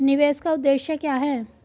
निवेश का उद्देश्य क्या है?